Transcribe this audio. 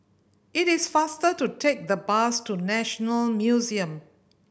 it is faster to take the bus to National Museum